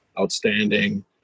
outstanding